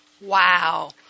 Wow